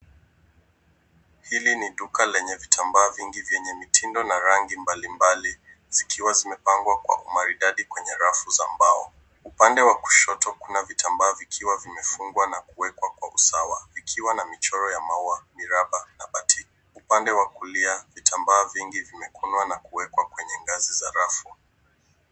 Hili ni duka lenye vitambaa vingi vyenye mitindo na rangi mbali mbali zikiwa zimepangwa kwa umaridadi kwenye rafu za mbao. Upande wa kushoto kuna vitambaa vikiwa vimefungwa na kuwekwa usawa vikiwa na michoro ya maua, miraba. Upande wa kulia, vitambaa mingi vimekunjwa na kuwekwa kwenye ngazi za rafu.